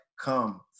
come